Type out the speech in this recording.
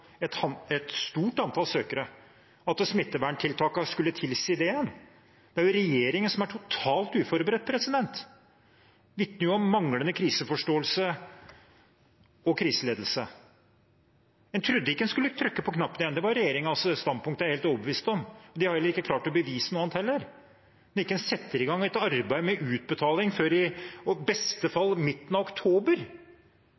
et stort antall søkere, at smitteverntiltakene skulle tilsi det. Det er jo regjeringen som er totalt uforberedt. Det vitner om manglende kriseforståelse og kriseledelse. En trodde ikke en skulle trykke på knappen igjen – det var regjeringens standpunkt, det er jeg helt overbevist om. De har jo heller ikke klart å bevise noe annet, når en ikke setter i gang et arbeid med utbetaling før i beste